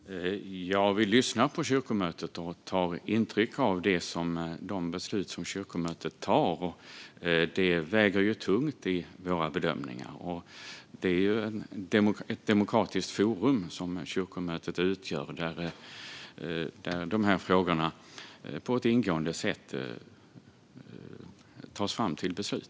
Herr ålderspresident! Ja, vi lyssnar på kyrkomötet och tar intryck av de beslut som kyrkomötet fattar. De väger tungt i våra bedömningar. Kyrkomötet utgör ett demokratiskt forum där frågorna på ett ingående sätt tas fram till beslut.